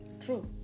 True